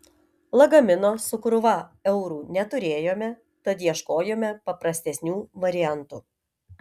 lagamino su krūva eurų neturėjome tad ieškojome paprastesnių variantų